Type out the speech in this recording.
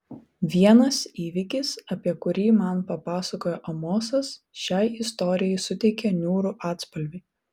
vienas įvykis apie kurį man papasakojo amosas šiai istorijai suteikia niūrų atspalvį